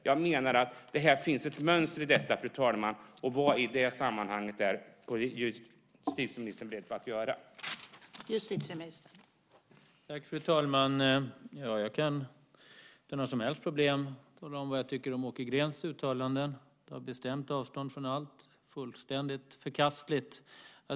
Jag menar att det finns ett mönster i detta. Vad är justitieministern beredd att göra i det sammanhanget?